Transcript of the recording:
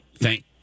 Thank